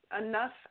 enough